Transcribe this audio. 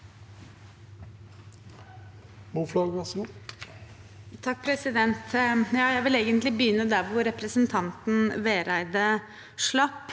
Jeg vil egentlig begyn- ne der representanten Vereide slapp,